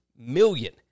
million